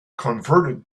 converted